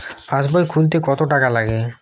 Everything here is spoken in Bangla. পাশবই খুলতে কতো টাকা লাগে?